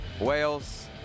Wales